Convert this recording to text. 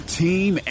team